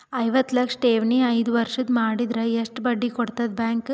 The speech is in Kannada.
ಐವತ್ತು ಲಕ್ಷ ಠೇವಣಿ ಐದು ವರ್ಷ ಮಾಡಿದರ ಎಷ್ಟ ಬಡ್ಡಿ ಕೊಡತದ ಬ್ಯಾಂಕ್?